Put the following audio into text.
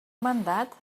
mandat